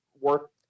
work